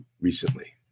recently